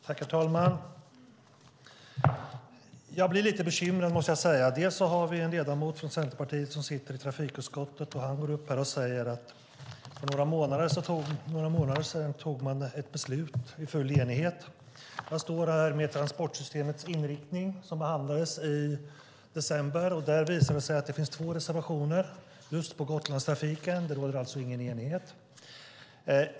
Herr talman! Jag blir lite bekymrad, måste jag säga. Vi har en ledamot från Centerpartiet som sitter i trafikutskottet och som säger att man för några månader sedan tog ett beslut i full enighet. Jag står här med Transportsystemets inriktning , som behandlades i december. Där visar det sig att det finns två reservationer just när det gäller Gotlandstrafiken. Det rådde alltså ingen enighet.